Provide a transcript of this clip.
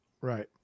Right